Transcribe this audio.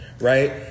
right